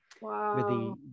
Wow